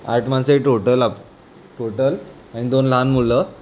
आठ माणसं आहे टोटल आप टोटल आणि दोन लहान मुलं